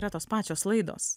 yra tos pačios laidos